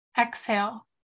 exhale